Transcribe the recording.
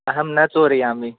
अहं न चोरयामि